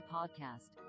Podcast